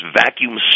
vacuum